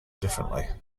differently